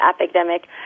epidemic